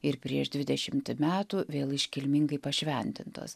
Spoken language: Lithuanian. ir prieš dvidešimt metų vėl iškilmingai pašventintos